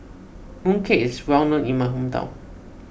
Mooncake is well known in my hometown